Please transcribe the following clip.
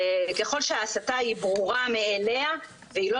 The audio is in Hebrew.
ככול שההסתה היא ברורה מעיניה והיא לא